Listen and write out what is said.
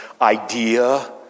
idea